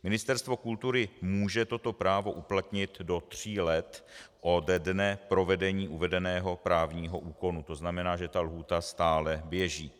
Ministerstvo kultury může toto právo uplatnit do tří let ode dne provedení uvedeného právního úkonu, to znamená, že ta lhůta stále běží.